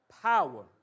power